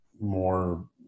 more